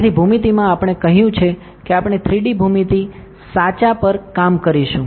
તેથી ભૂમિતિમાં આપણે કહ્યું છે કે આપણે 3D ભૂમિતિ સાચા પર કામ કરીશું